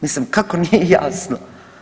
Mislim kako nije jasno?